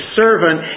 servant